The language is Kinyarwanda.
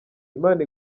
imana